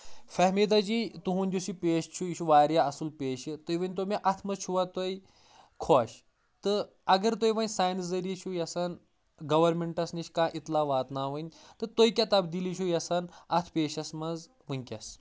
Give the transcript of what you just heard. فہمیٖدا جی تُہُنٛد یُس یہِ پیش چھُ یہِ چھُ واریاہ اصل پیشہٕ تُہۍ ؤنۍ تو مےٚ اتھ منٛز چھُوا تُہۍ خۄش تہٕ اگر تُہۍ وۄنۍ سانہِ ذٔریعہِ چھُ یژھان گورمنٹس نِش کانٛہہ اطلا واتناوٕنۍ تہٕ تُہۍ کیٛاہ تبدیٖلی چھُ یژھان اتھ پیشس منٛز وٕنکؠس